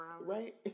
Right